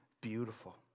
beautiful